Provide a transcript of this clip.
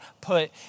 put